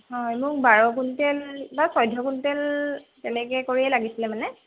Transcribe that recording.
হয় মোক বাৰ কুইণ্টেল বা চৈধ্য কুইণ্টেল তেনেকৈ কৰিয়ে লাগিছিলে মানে